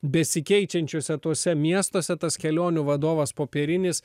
besikeičiančiuose tuose miestuose tas kelionių vadovas popierinis